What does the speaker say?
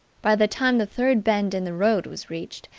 by the time the third bend in the road was reached,